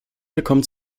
willkommen